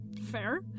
Fair